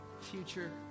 future